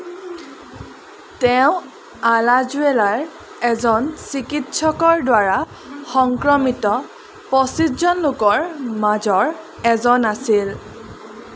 তেওঁ আলাজুৱেলাৰ এজন চিকিৎসকৰদ্বাৰা সংক্ৰমিত পঁচিছজন লোকৰ মাজৰ এজন আছিল